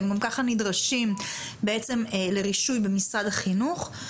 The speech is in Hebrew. הם גם ככה נדרשים בעצם לרישוי במשרד החינוך.